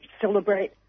celebrate